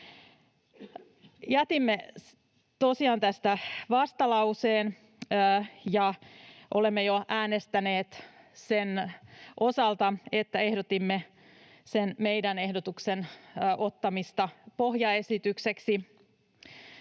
tosiaan tästä vastalauseen, ja olemme jo äänestäneet sen osalta, että ehdotimme sen meidän ehdotuksemme ottamista pohjaesitykseksi.